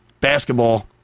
basketball